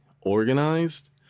organized